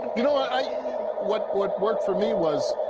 you know ah ah yeah and what? what worked for me was,